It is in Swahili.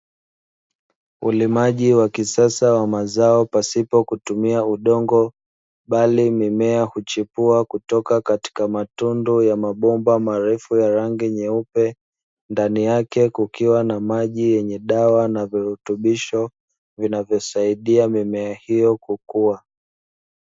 Ulimaji wa kisasa wa mazao pasipo kutumia udongo, bali mimea huchipua kutoka katika matundu ya mabomba marefu ya rangi nyeupe. Ndani yake kukiwa na maji yenye dawa, virutubisho vinavyosaidia mimea hiyo kukua.